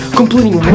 completing